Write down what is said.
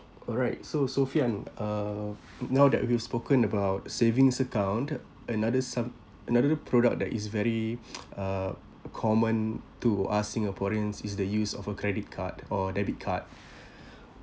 alright so sophian uh now that we've spoken about savings account another some another product that is very uh common to ask singaporeans is the use of a credit card or debit card